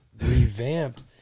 revamped